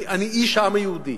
אני איש העם היהודי